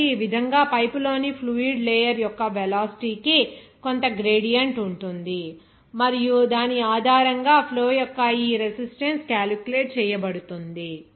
కాబట్టి ఈ విధంగా పైపు లోని ఫ్లూయిడ్ లేయర్ యొక్క వెలాసిటీ కి కొంత గ్రేడియంట్ ఉంటుంది మరియు దాని ఆధారంగా ఫ్లో యొక్క ఈ రెసిస్టన్స్ క్యాలిక్యులేట్ చేయబడుతుంది